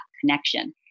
connection